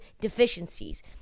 deficiencies